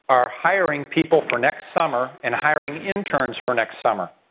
are hiring people for next summer and hiring interns for next summer.